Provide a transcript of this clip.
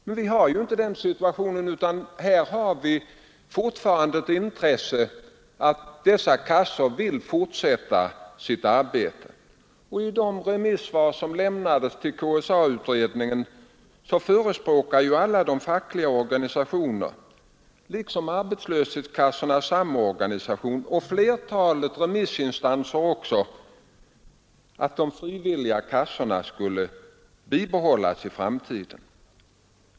Men vi har ju inte den situationen, utan vi kan konstatera att dessa kassor alltjämt vill fortsätta sitt arbete. I de remissvar som lämnades till KSA-utredningen förespråkade alla fackliga organisationer liksom arbetslöshetskassornas samorganisation och även flertalet remissinstanser att de frivilliga kassorna skulle bibehållas i framtiden.